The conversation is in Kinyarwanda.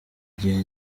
igihe